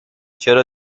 چرا